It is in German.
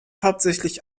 hauptsächlich